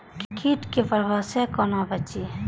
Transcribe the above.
कीट के प्रभाव से कोना बचीं?